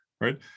right